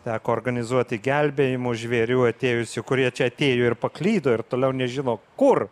teko organizuoti gelbėjimus žvėrių atėjusių kurie čia atėjo ir paklydo ir toliau nežino kur